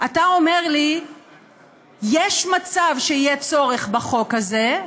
אתה אומר לי שיש מצב שיהיה צורך בחוק הזה,